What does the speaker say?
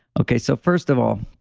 okay, so first of all,